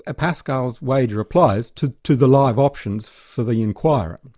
ah pascal's wager applies to to the live options for the enquirer.